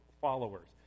followers